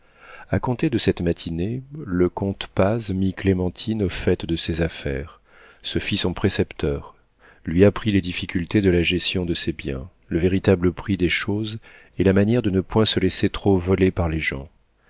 a compter de cette matinée le comte paz mit clémentine au fait de ses affaires se fit son précepteur lui apprit les difficultés de la gestion de ses biens le véritable prix des choses et la manière de ne point se laisser trop voler par les gens